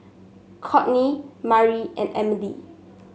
Cortney Mari and Emilie